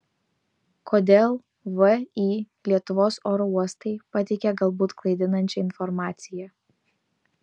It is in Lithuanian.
kodėl vį lietuvos oro uostai pateikė galbūt klaidinančią informaciją